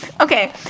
Okay